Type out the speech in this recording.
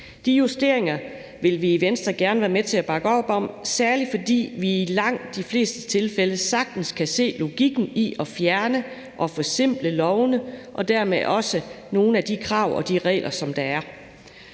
De justeringer vil vi i Venstre gerne være med til at bakke op om, særlig fordi vi i langt de fleste tilfælde sagtens kan se logikken i at fjerne og forsimple lovene og dermed også nogle af de krav og regler, der er.